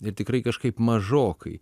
ir tikrai kažkaip mažokai